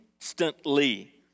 instantly